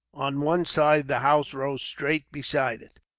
on one side the house rose straight beside it.